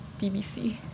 BBC